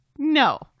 No